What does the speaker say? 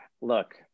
look